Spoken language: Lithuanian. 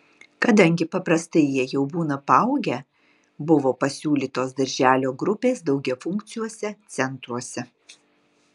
kadangi paprastai jie jau būna paaugę buvo pasiūlytos darželio grupės daugiafunkciuose centruose